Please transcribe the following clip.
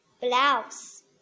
Blouse